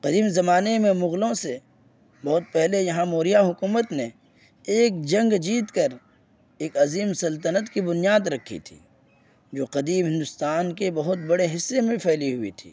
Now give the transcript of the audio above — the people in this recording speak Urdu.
قدیم زمانے میں مغلوں سے بہت پہلے یہاں موریہ حکومت نے ایک جنگ جیت کر ایک عظیم سلطنت کی بنیاد رکھی تھی جو قدیم ہندوستان کے بہت بڑے حصے میں پھیلی ہوئی تھی